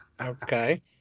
Okay